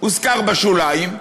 הוזכר בשוליים,